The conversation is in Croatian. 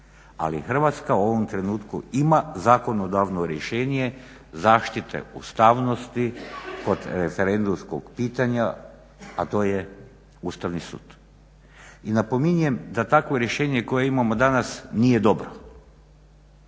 ali Hrvatska u ovom trenutku ima zakonodavno rješenje, zaštite ustavnosti kod referendumskog pitanja a to je Ustavni sud. I napominjem da takvo rješenje koje imamo danas nije dobro.